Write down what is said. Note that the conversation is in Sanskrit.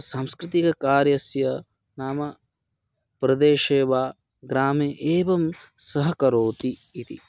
सांस्कृतिककार्यस्य नाम प्रदेशे वा ग्रामे एवं सहकरोति इति